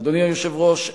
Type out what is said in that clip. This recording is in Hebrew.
אדוני היושב-ראש,